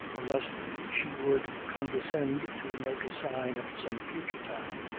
unless she would condescend to make a sign at some future time,